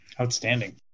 Outstanding